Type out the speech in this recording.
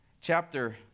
Chapter